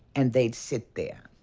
and they'd sit there.